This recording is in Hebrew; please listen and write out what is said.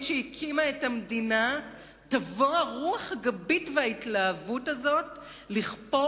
שהקימה את המדינה יבואו הרוח הגבית וההתלהבות הזאת לכפור